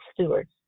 stewards